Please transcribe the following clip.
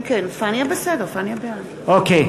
אחמד טיבי,